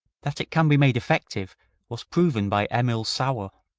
that it can be made effective was proven by emil sauer.